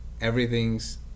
everything's